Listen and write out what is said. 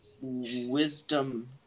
wisdom